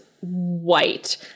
white